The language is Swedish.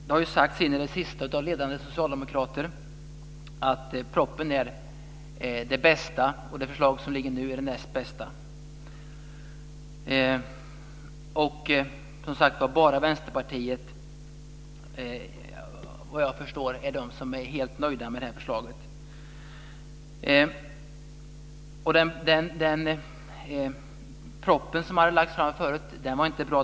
Det har ju sagts in i det sista av ledande socialdemokrater att propositionen är det bästa alternativet och att det förslag som ligger nu är det näst bästa. Vad jag förstår är det bara Vänsterpartiet som är helt nöjt med det här förslaget. Den proposition som lades fram förut var inte heller bra.